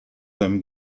then